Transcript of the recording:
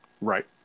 Right